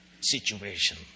situation